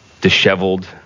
disheveled